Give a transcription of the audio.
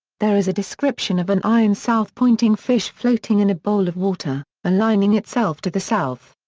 there is a description of an iron south-pointing fish floating in a bowl of water, aligning itself to the south.